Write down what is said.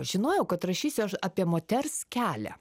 žinojau kad rašysiu aš apie moters kelią